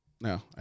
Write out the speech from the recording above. No